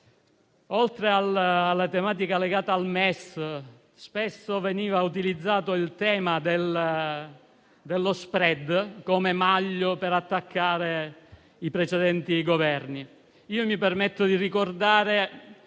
Oltre alla tematica legata al MES, spesso veniva utilizzato il tema dello *spread* come maglio per attaccare i precedenti Governi. Mi permetto di ricordare